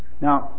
now